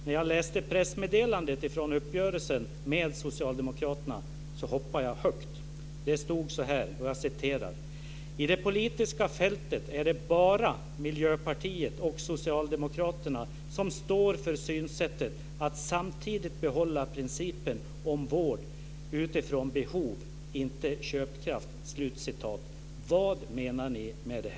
När jag läste pressmeddelandet från uppgörelsen med Socialdemokraterna hoppade jag högt. Det stod så här: I det politiska fältet är det bara Miljöpartiet och Socialdemokraterna som står för synsättet att samtidigt behålla principen om vård utifrån behov, inte köpkraft. Vad menar ni med det?